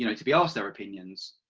you know to be asked their opinions,